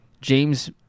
James